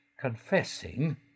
confessing